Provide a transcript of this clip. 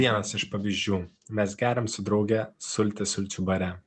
vienas iš pavyzdžių mes geriam su drauge sultis sulčių bare